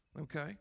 okay